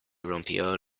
rompió